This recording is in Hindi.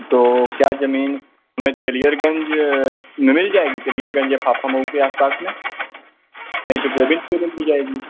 तो क्या जमीन हमें तेलियर गंज में मिल जाएगी तेलियर गंज या फाफा माउ के आसपास में नहीं तो गोविंदपुर में मिल जाएगी